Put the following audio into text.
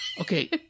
Okay